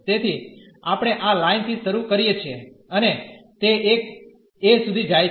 તેથી આપણે આ લાઈન થી શરૂ કરીએ છીએ અને તે એક a સુધી જાય છે